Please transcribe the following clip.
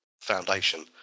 foundation